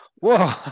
Whoa